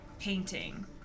painting